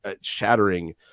shattering